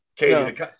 Katie